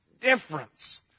difference